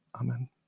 Amen